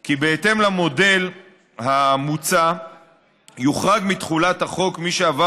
כי בהתאם למודל המוצע יוחרג מתחולת החוק מי שעבר